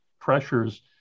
pressures